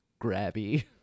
grabby